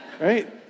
right